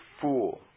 fool